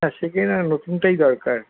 না সেকেন্ডহ্যান্ড নতুনটাই দরকার